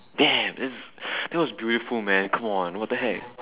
damn that's that was beautiful man come on what the heck